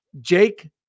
Jake